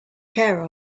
care